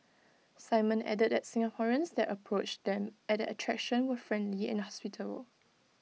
simon added that Singaporeans that approached them at the attraction were friendly and hospitable